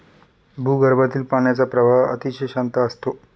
भूगर्भातील पाण्याचा प्रवाह अतिशय शांत असतो